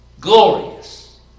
Glorious